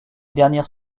dernières